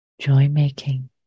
joy-making